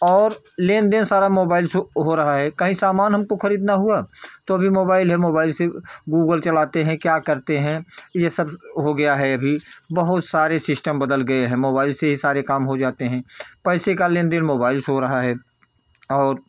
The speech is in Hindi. और लेनदेन सारा मोबाइल से हो रहा है कहीं सामान हमको खरीदना हुआ तो भी मोबाइल है मोबाइल से गूगल चलाते हैं क्या करते हैं ये सब हो गया है अभी बहुत सारे सिस्टम बदल गए हैं मोबाइल से ही सारे काम हो जाते हैं पैसे का लेनदेन मोबाइल से हो रहा है और